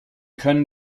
können